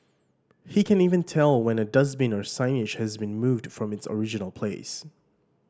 he can even tell when a dustbin or signage has been moved from its original place